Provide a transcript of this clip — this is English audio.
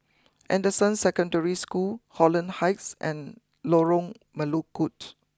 Anderson Secondary School Holland Heights and Lorong Melukut